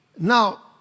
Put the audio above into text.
Now